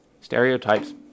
stereotypes